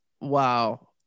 Wow